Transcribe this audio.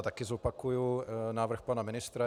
Také zopakuji návrh pana ministra.